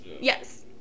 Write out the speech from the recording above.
Yes